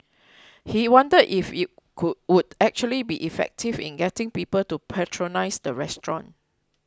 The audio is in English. he wondered if it could would actually be effective in getting people to patronise the restaurant